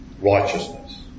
righteousness